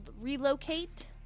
relocate